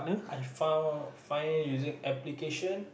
I found find using application